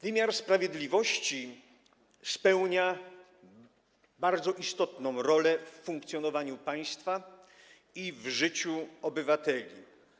Wymiar sprawiedliwości spełnia bardzo istotną rolę w funkcjonowaniu państwa i w życiu obywateli.